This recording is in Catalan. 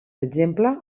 exemple